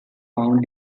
found